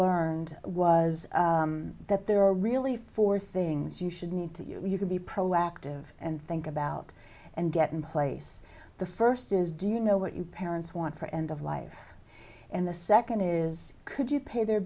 learned was that there are really four things you should need to you can be proactive and think about and get in place the first is do you know what you parents want for end of life and the second is could you pay their